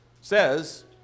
says